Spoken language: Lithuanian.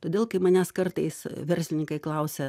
todėl kai manęs kartais verslininkai klausia